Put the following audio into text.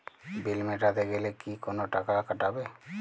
বিল মেটাতে গেলে কি কোনো টাকা কাটাবে?